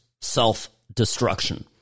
self-destruction